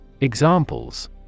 Examples